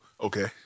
Okay